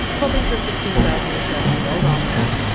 copies of the two thousand and seven world almanac,